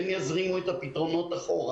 כל רשות מקומית שינתה את החוקים.